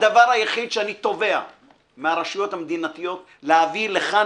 הדבר היחיד שאני תובע מהרשויות המדינתיות זה להביא לכאן